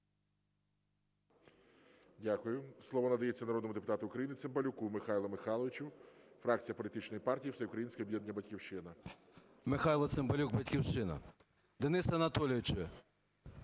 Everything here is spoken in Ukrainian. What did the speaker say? Дякую. Слово надається народному депутату України Цимбалюку Михайлу Михайловичу, фракція політичної партії Всеукраїнське об'єднання "Батьківщина". 10:32:29 ЦИМБАЛЮК М.М. Михайло Цимбалюк, "Батьківщина". Денис Анатолійович,